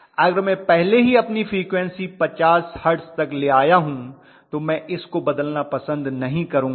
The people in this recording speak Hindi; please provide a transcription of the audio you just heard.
अगर मैं पहले ही अपनी फ्रीक्वन्सी 50 हर्ट्ज तक ले आया हूं तो मैं इसको बदलना पसंद नहीं करूंगा